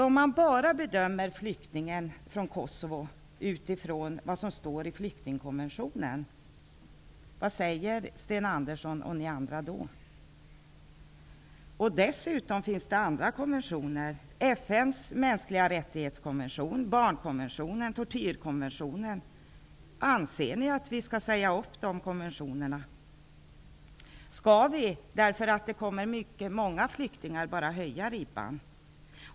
Om man bara bedömer flyktingen från Kosovo utifrån vad som står i flyktingkonventionen -- vad säger Sten Andersson och ni andra då? Dessutom finns det andra konventioner -- FN:s konvention om mänskliga rättigheter, barnkonventionen, tortyrkonventionen. Anser ni att vi skall säga upp de konventionerna? Skall vi, därför att det kommer många flyktingar, bara höja ribban?